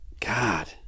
God